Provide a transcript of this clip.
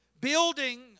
Building